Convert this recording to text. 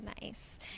nice